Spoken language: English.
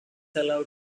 allowed